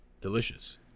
delicious